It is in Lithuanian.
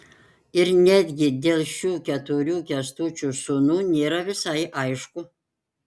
ir netgi dėl šių keturių kęstučio sūnų nėra visai aišku